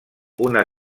una